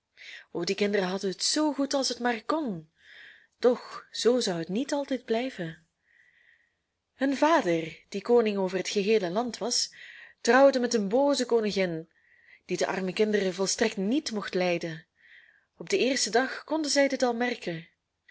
o die kinderen hadden het zoo goed als het maar kon doch zoo zou het niet altijd blijven hun vader die koning over het geheele land was trouwde met een booze koningin die de arme kinderen volstrekt niet mocht lijden op den eersten dag konden zij dit al merken